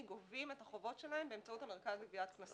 גובים את החובות שלהם באמצעות המרכז לגביית קנסות.